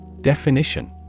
Definition